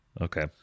Okay